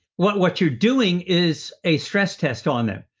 what what you're doing is a stress test on them.